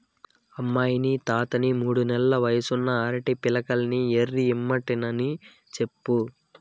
అమ్మనీ తాతని మూడు నెల్ల వయసున్న అరటి పిలకల్ని ఏరి ఇమ్మంటినని చెప్పు